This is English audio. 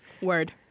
Word